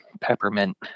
peppermint